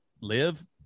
live